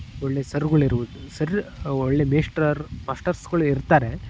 ಒಳ್ಳೆಯ ಸರುಗಳು ಇರುವುದು ಸರ್ ಒಳ್ಳೆಯ ಮೇಸ್ಟರ್ ಮಾಸ್ಟರ್ಸ್ಗಳಿರ್ತಾರೆ